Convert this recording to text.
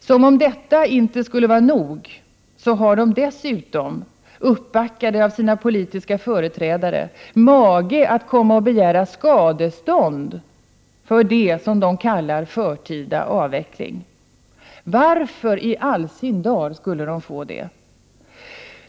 Som om detta inte skulle vara nog, har bolagen dessutom, uppbackade av sina politiska företrädare, mage att komma och begära skadestånd för det som de kallar ”förtida” avveckling! Varför i allsin dar skulle de få det?